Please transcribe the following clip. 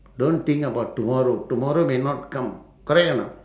don't think about tomorrow tomorrow may not come correct or not